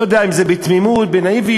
לא יודע אם זה בתמימות, בנאיביות,